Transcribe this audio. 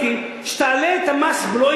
שתעלה את מס הבלו,